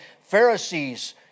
Pharisees